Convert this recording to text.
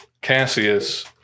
Cassius